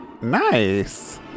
Nice